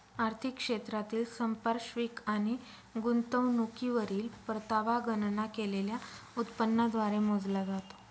आर्थिक क्षेत्रातील संपार्श्विक आणि गुंतवणुकीवरील परतावा गणना केलेल्या उत्पन्नाद्वारे मोजला जातो